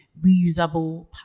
reusable